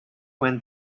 when